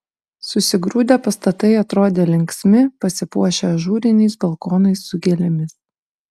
susigrūdę pastatai atrodė linksmi pasipuošę ažūriniais balkonais su gėlėmis